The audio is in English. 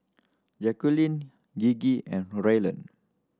Jacqulyn Gigi and Ryland